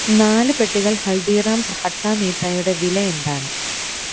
നാല് പെട്ടികൾ ഹൽദിറാംസ് ഖട്ടാ മീത്തയുടെ വില എന്താണ്